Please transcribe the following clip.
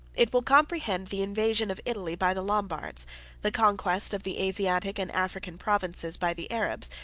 it will comprehend the invasion of italy by the lombards the conquest of the asiatic and african provinces by the arabs,